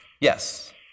Yes